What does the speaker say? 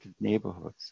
neighborhoods